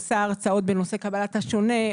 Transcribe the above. עושה הרצאות בנושא קבלת השונה,